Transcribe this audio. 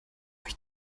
euch